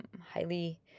highly